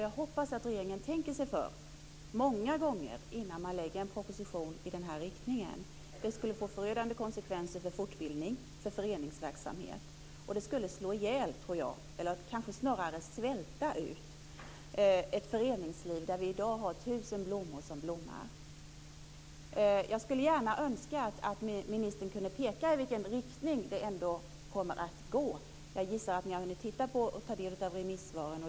Jag hoppas att regeringen tänker sig för många gånger innan man lägger fram en proposition i den här riktningen. Det skulle få förödande konsekvenser för fortbildningen och för föreningsverksamheten. Det skulle svälta ut ett föreningsliv där i dag tusen blommor blommar. Jag skulle önska att ministern kunde peka i vilken riktning det kommer att gå. Jag gissar att ni har hunnit ta del av remissvaren.